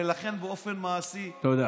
ולכן באופן מעשי, תודה.